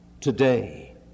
today